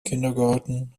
kindergarten